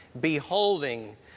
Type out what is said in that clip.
Beholding